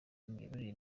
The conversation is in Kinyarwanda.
imiyoborere